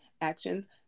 actions